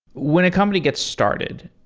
when a company gets started,